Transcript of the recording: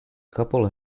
couple